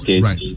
right